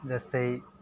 जस्तै